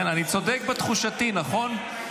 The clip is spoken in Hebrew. אני צודק בתחושתי, נכון?